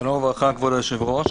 שלום וברכה, כבוד היושב ראש.